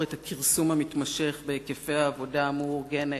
את הכרסום המתמשך בהיקפי העבודה המאורגנת,